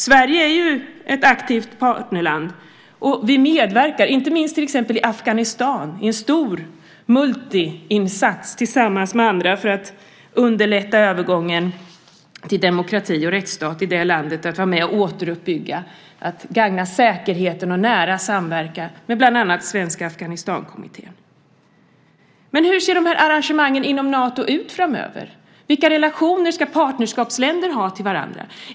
Sverige är ju ett aktivt partnerland och medverkar inte minst i Afghanistan i en stor multiinsats tillsammans med andra för att underlätta övergången till demokrati och rättsstat i det landet. Vi är med och återuppbygger, gagnar säkerheten och samverkar nära med bland annat Svenska Afghanistankommittén. Hur ser då dessa arrangemang inom Nato ut framöver? Vilka relationer ska partnerskapsländer ha till varandra?